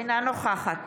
אינה נוכחת